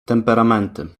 temperamenty